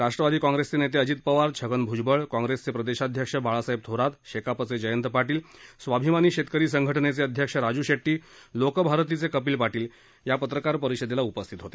राष्ट्रवादी काँग्रेसचे नेते अजित पवार छगन भुजबळ काँग्रेसचे प्रदेशाध्यक्ष बाळासाहेब थोरात शेकापचे जयंत पाटील स्वाभिमानी शेतकरी संघटनेचे अध्यक्ष राजू शेट्टी लोकभारतीचे कपिल पाटील या पत्रकार परिषदेला उपस्थित होते